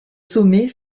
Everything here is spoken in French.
sommets